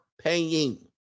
paying